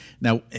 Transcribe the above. Now